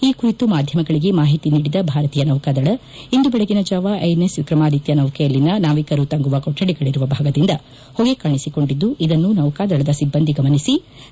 ಈ ಕುರಿತು ಮಾಧ್ಯಮಗಳಿಗೆ ಮಾಹಿತಿ ನೀಡಿದ ಭಾರತೀಯ ನೌಕಾದಳ ಇಂದು ಬೆಳಗಿನ ಜಾವ ಐಎನ್ಎಸ್ ವಿಕ್ರಮಾದಿತ್ತ ನೌಕೆಯಲ್ಲಿನ ನಾವಿಕರು ತಂಗುವ ಕೊಠಡಿಗಳಿರುವ ಭಾಗದಿಂದ ಹೊಗೆ ಕಾಣಿಸಿಕೊಂಡಿದ್ದು ಇದನ್ನು ನೌಕಾದಳದ ಸಿಬ್ಬಂದಿ ಗಮನಿಸಿದ್ದಾರೆ